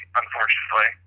unfortunately